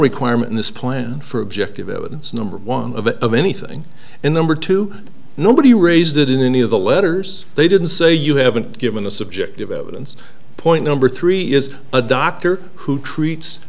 requirement in this plan for objective evidence number one a bit of anything and number two nobody raised it in any of the letters they didn't say you haven't given the subjective evidence point number three is a doctor who treats